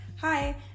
hi